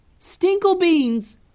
Stinklebeans